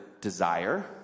Desire